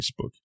Facebook